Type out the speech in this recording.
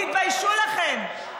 תתביישו לכם.